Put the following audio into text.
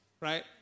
Right